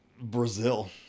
Brazil